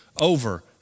Over